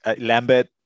Lambert